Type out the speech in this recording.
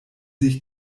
sich